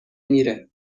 میره